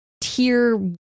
tier